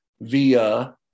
via